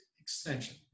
extension